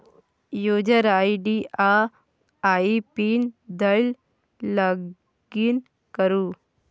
user ID आ I PIN दए login करु